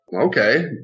okay